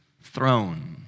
throne